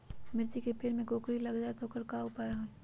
मिर्ची के पेड़ में कोकरी लग जाये त वोकर उपाय का होई?